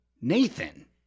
Nathan